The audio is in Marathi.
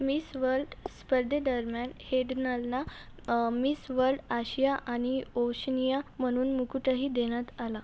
मिस वर्ल्ड स्पर्धेदरम्यान हेडनलला मिस वर्ल्ड आशिया आणि ओशनिया म्हणून मुकुटही देण्यात आला